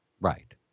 Right